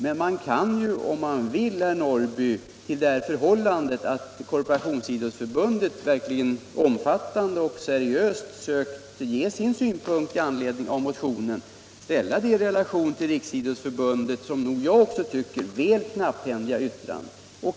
Men man kan ju om man vill, herr Norrby, ställa Korporationsidrottsförbundets verkligt omfattande och seriöst skrivna yttrande med anledning av motionen i relation till Riksidrottsförbundets. Då finner också jag det väl knapphändigt.